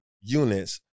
units